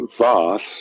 vast